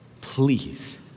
please